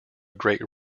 great